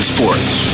Sports